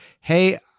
Hey